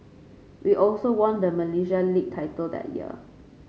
we also won the Malaysia League title that year